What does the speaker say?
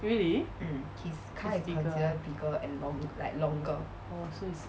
really is bigger oh so it's